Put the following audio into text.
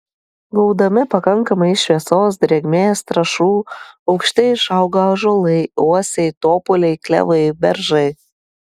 gaudami pakankamai šviesos drėgmės trąšų aukšti išauga ąžuolai uosiai topoliai klevai beržai